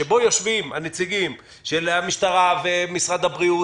שבו יושבים הנציגים של המשטרה ומשרד הבריאות